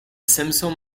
simpson